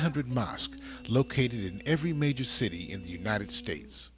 hundred mosques located in every major city in the united states